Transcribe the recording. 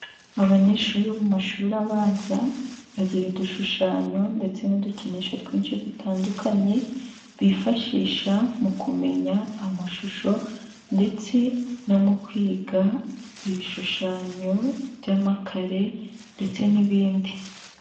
Abanyeshuri bo mu mashuri abanza bagira udushushanyo ndetse n'udukinisho twinshi dutandukanye bifashisha mu kumenya amashusho ndetse no mu kwiga ibishushanyo by'amakare ndetse n'ibindi.